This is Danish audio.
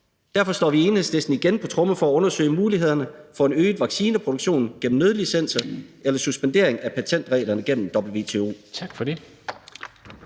Derfor slår vi i Enhedslisten igen på tromme for at undersøge mulighederne for en øget vaccineproduktion gennem nødlicenser eller suspendering af patentreglerne gennem WTO.